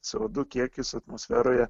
co du kiekis atmosferoje